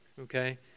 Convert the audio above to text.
okay